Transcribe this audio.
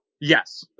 Yes